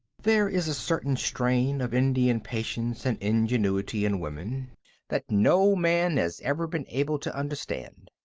there is a certain strain of indian patience and ingenuity in women that no man has ever been able to understand.